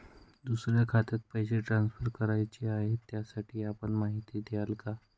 दुसऱ्या खात्यात पैसे ट्रान्सफर करायचे आहेत, त्यासाठी आपण माहिती द्याल का?